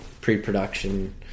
pre-production